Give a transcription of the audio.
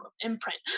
imprint